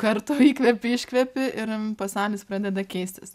kartų įkvepi iškvepi ir pasaulis pradeda keistis